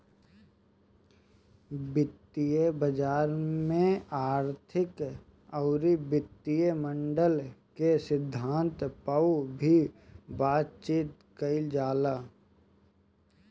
वित्तीय बाजार में आर्थिक अउरी वित्तीय मॉडल के सिद्धांत पअ भी बातचीत कईल जाला